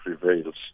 prevails